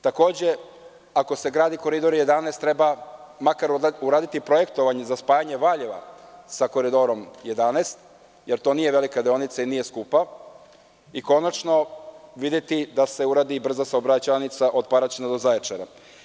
Takođe, ako se gradi Koridor 11, treba makar uraditi projektovanje za spajanje Valjeva sa Koridorom 11, jer to nije velika deonica i nije skupa i konačno videti da se uradi brza saobraćajnica od Paraćina do Zaječara.